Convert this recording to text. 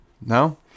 No